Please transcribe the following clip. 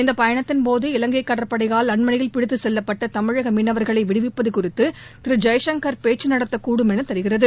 இந்த பயணத்தின்போது இலங்கை கடற்படையால் அண்மையில் பிடித்துச்செல்லப்பட்ட தமிழக மீனவர்களை விடுவிப்பது குறித்து திரு ஜெய்சங்கர் பேச்சு நடத்தக்கூடும் என தெரிகிறது